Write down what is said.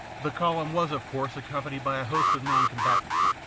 the column was of course accompanied by a lost of non-combatants.